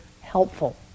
helpful